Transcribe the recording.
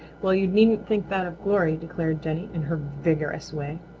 well, you needn't think that of glory, declared jenny in her vigorous way.